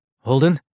Holden